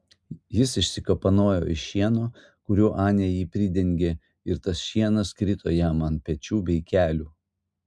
jis išsikapanojo iš šieno kuriuo anė jį pridengė ir tas šienas krito jam ant pečių bei kelių